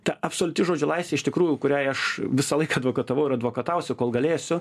ta absoliuti žodžio laisvė iš tikrųjų kuriai aš visąlaik advokatavau ir advokatausiu kol galėsiu